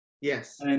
Yes